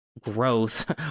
growth